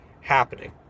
happening